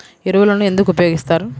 ఎరువులను ఎందుకు ఉపయోగిస్తారు?